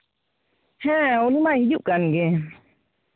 ᱦᱮᱸ ᱩᱱᱤ ᱢᱟᱭ ᱦᱤᱡᱩᱜ ᱠᱟᱱᱜᱮ